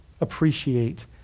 appreciate